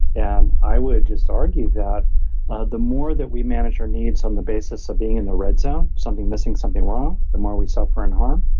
and i would just argue that ah the more that we manage our needs on the basis of being in the red zone something missing, something wrong, the more we suffer and harm.